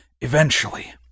eventually